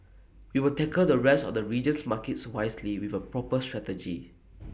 we will tackle the rest of the region's markets wisely with A proper strategy